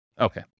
Okay